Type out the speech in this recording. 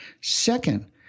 Second